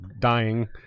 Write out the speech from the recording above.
dying